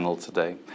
today